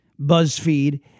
BuzzFeed